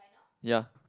ya